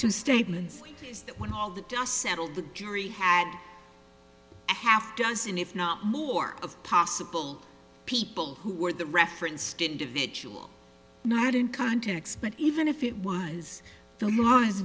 two statements that when all the dust settled the jury had a half dozen if not more of possible people who were the referenced individual not in context but even if it was the law is